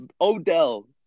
Odell